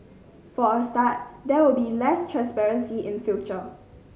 for a start there will be less transparency in future